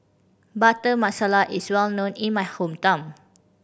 Butter Masala is well known in my hometown